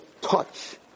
touch